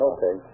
Okay